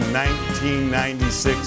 1996